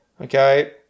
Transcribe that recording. Okay